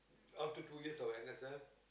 after two years of n_s_f